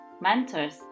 mentors